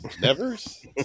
Nevers